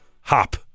hop